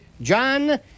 John